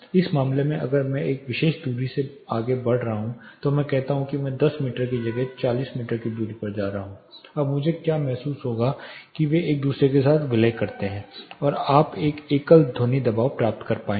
इस मामले में अगर मैं एक विशेष दूरी से आगे बढ़ रहा हूं तो मैं कहता हूं कि मैं 10 मीटर की जगह 40 मीटर की दूरी पर जा रहा हूं अब मुझे क्या महसूस होगा की वे एक दूसरे के साथ विलय करते हैं और आप एक एकल ध्वनि दबाव प्राप्त कर पाएंगे